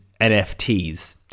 nfts